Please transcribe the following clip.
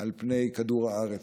על פני כדור הארץ.